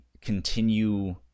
continue